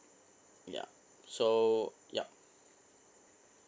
yup so yup